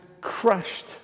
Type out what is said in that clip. crushed